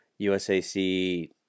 USAC